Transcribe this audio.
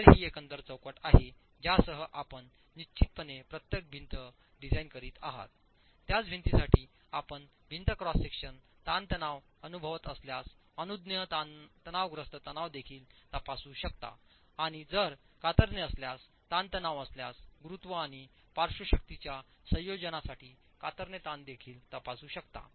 तर ही एकंदर चौकट आहे ज्यासह आपण निश्चितपणे प्रत्येक भिंत डिझाइन करीत आहात त्याच भिंतीसाठी आपण भिंत क्रॉस सेक्शन ताणतणाव अनुभवत असल्यास अनुज्ञेय तणावग्रस्त तणाव देखील तपासू शकता आणि जर कातरणे असल्यास ताणतणाव असल्यास गुरुत्व आणि पार्श्व शक्तींच्या संयोजनासाठी कातरणे ताण देखील तपासू शकता